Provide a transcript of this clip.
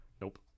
Nope